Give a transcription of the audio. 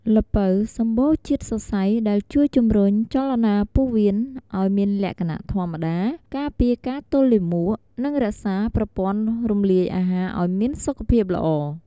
ល្ពៅសម្បូរជាតិសរសៃ ដែលជួយជំរុញចលនាពោះវៀនឲ្យមានលក្ខណៈធម្មតា ការពារការទល់លាមក និងរក្សាប្រព័ន្ធរំលាយអាហារឲ្យមានសុខភាពល្អ។